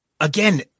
Again